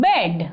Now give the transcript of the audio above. Bed